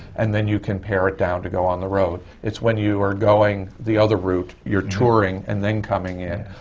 and then you can pare it down to go on the road. it's when you are going the other route, you're touring and then coming in.